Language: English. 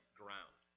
ground